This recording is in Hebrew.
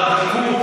לא ברגע האחרון.